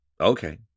okay